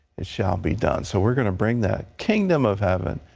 it shall be done. so we're going to bring the kingdom of heaven,